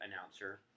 announcer